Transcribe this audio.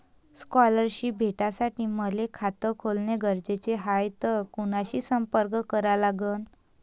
Scholarship भेटासाठी मले खात खोलने गरजेचे हाय तर कुणाशी संपर्क करा लागन?